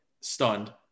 stunned